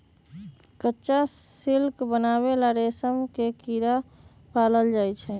कच्चा सिल्क बनावे ला रेशम के कीड़ा पालल जाई छई